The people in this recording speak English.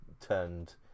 turned